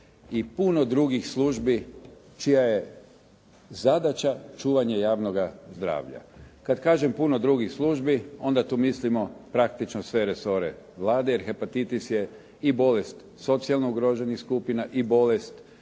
i puno drugih službi čija je zadaća čuvanje javnoga zdravlja. Kad kažem puno drugih službi, onda tu mislimo praktično sve resore Vlade, jer hepatitis je i bolest socijalno ugroženih skupina i bolest